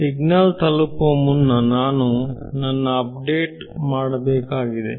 signal ತಲುಪುವ ಮುನ್ನ ನಾನು ನನ್ನ ಅಪ್ಡೇಟ್ ಮಾಡಬೇಕಿದೆ